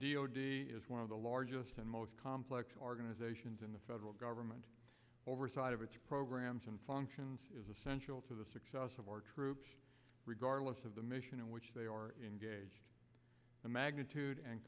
d is one of the largest and most complex organizations in the federal government oversight of its programs and functions is essential to the success of our troops regardless of the mission in which they are engaged the magnitude and